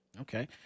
Okay